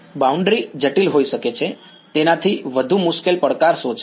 boundary જટિલ હોઈ શકે છે તેનાથી વધુ મુશ્કેલ પડકાર શું છે